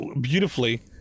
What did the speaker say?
beautifully